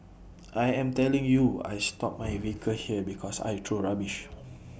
I am telling you I stop my vehicle here because I throw rubbish